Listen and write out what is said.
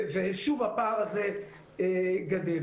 ושוב הפער הזה גדל.